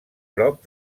prop